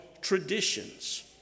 traditions